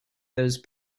those